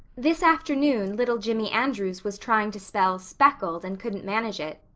this afternoon little jimmy andrews was trying to spell speckled and couldn't manage it.